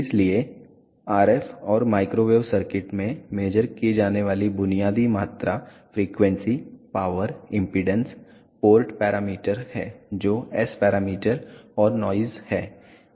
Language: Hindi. इसलिए RF और माइक्रोवेव सर्किट में मेज़र की जाने वाली बुनियादी मात्रा frequency power impedance port parameter हैं जो एस पैरामीटर और नॉइस हैं